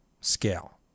scale